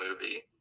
movie